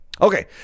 Okay